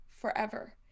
forever